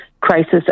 crisis